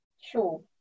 Sure